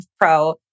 pro